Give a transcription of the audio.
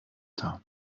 dar